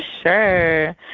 sure